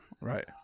Right